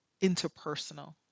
interpersonal